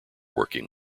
working